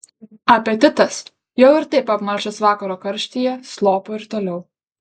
apetitas jau ir taip apmalšęs vakaro karštyje slopo ir toliau